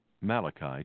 Malachi